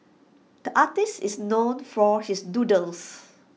the artist is known for his doodles